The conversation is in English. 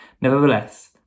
Nevertheless